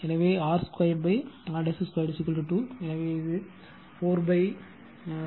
எனவே r 2 r 2 2 எனவே இது 4 3ஆக இருக்கும் 1